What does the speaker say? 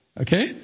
okay